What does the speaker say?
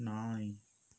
நாய்